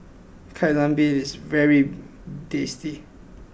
Kai Lan Beef is very tasty